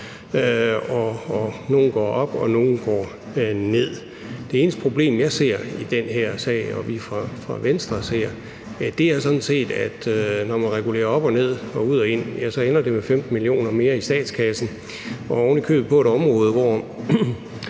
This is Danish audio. nogle går op, og nogle går ned. Det eneste problem, jeg og vi fra Venstre ser i den her sag, er sådan set, at når man regulerer op og ned og ud og ind, ja, så ender det med 15 mio. kr. mere i statskassen, og det er ovenikøbet på et område, hvor